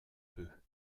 peu